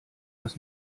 dass